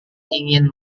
ingin